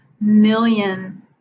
million